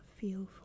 feel